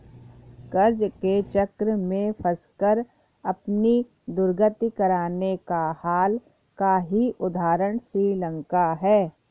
कर्ज के चक्र में फंसकर अपनी दुर्गति कराने का हाल का ही उदाहरण श्रीलंका है